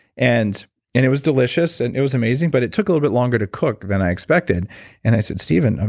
and and it was delicious, and it was amazing, but it took a little bit longer to cook than i expected and i said, stephan,